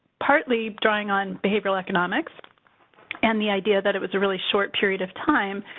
partly, drawing on behavioral economics and the idea that it was a really short period of time,